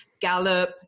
Gallup